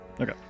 Okay